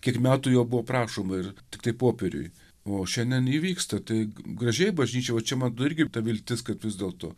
kiek metų jo buvo prašoma ir tiktai popieriuj o šiandien įvyksta tai gražiai bažnyčia čia man atrodo irgi ta viltis kad vis dėlto